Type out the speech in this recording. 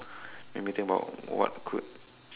let me think about what could